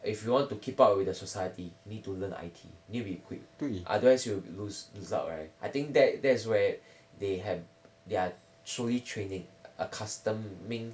if you want to keep up with the society need to learn I_T need to be equipped otherwise you will lose lose out right I think that that's where they had their truly training accustoming